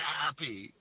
happy